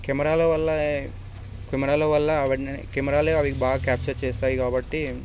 కెమెరాల వల్ల కెమెరాల వల్ల కెమెరాలు అవి బాగా క్యాప్చర్ చేస్తాయి కాబట్టి